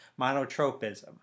monotropism